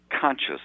conscious